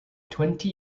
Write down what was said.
twenty